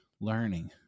Learning